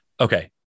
Okay